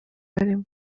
barimo